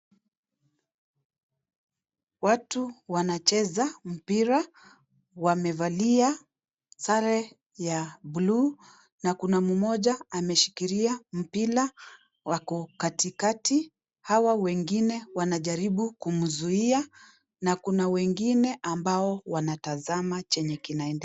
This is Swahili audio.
Watu wanacheza mpira wamevalia sare ya bluu na kuna mmoja ameshikilia mpira ako katikati hawa wengine wanajaribu kumzuia na kuna wengine ambao wanatazama chenye kinaendelea.